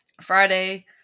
Friday